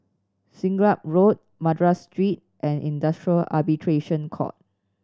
Siglap Road Madras Street and Industrial Arbitration Court